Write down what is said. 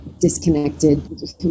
Disconnected